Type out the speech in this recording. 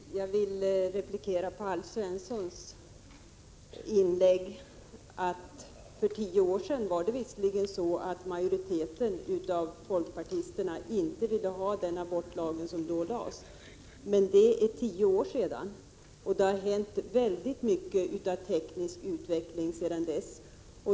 Fru talman! Jag vill replikera på Alf Svenssons inlägg. För tio år sedan ville visserligen majoriteten av folkpartisterna inte ha den abortlag som jag då föreslog. Men det är, som sagt, tio år sedan, och vi har haft en mycket omfattande teknisk utveckling sedan dess.